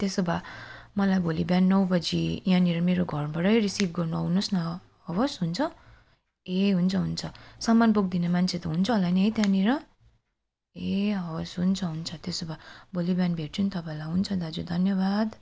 त्यसो भए मलाई भोलि बिहान नौबजे यहाँनिर मेरो घरबाटै रिसिभ गर्नु आउनुहोस् न हवस् हुन्छ ए हुन्छ हुन्छ सामान बोकिदिने मान्छे त हुन्छ हला नि है त्यहाँनिर ए हवस् हुन्छ हुन्छ त्यसो भए भोलि बिहान भेट्छु नि तपाईँलाई हुन्छ दाजु धन्यवाद